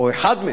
או אחד מהם,